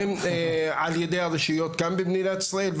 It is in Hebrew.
הן על ידי הרשויות כאן במדינת ישראל,